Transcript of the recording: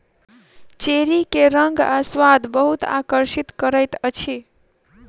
cherry के रंग आ स्वाद बहुत आकर्षित करैत अछि